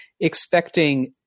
expecting